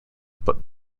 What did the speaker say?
but